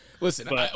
Listen